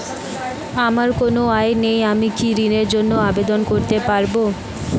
আমার কোনো আয় নেই আমি কি ঋণের জন্য আবেদন করতে পারব?